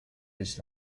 his